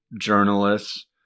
journalists